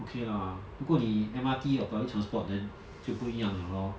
okay 啦不过你 M_R_T or public transport then 就不一样 liao lor